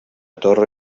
torre